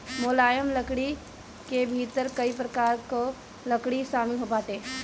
मुलायम लकड़ी के भीतर कई प्रकार कअ लकड़ी शामिल बाटे